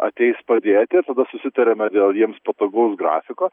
ateis padėti tada susitariame dėl jiems patogaus grafiko